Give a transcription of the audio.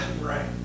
Right